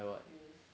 like what